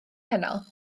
heno